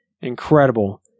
Incredible